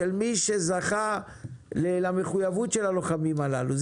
של מי שזכה למחויבות של הלוחמים הללו.